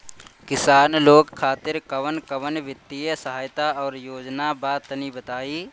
किसान लोग खातिर कवन कवन वित्तीय सहायता और योजना बा तनि बताई?